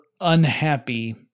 unhappy